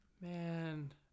man